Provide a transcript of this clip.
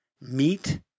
meat